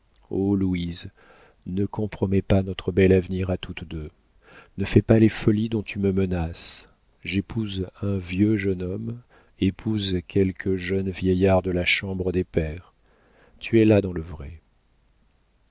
o louise ne compromets pas notre bel avenir à toutes deux ne fais pas les folies dont tu me menaces j'épouse un vieux jeune homme épouse quelque jeune vieillard de la chambre des pairs tu es là dans le vrai